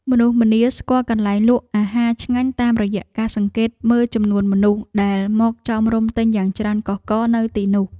មនុស្សម្នាស្គាល់កន្លែងលក់អាហារឆ្ងាញ់តាមរយៈការសង្កេតមើលចំនួនមនុស្សដែលមកចោមរោមទិញយ៉ាងច្រើនកុះករនៅទីនោះ។